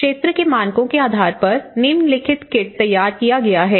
क्षेत्र के मानकों के आधार पर निम्नलिखित किट तैयार किया गया है